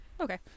okay